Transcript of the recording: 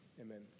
amen